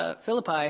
Philippi